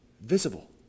visible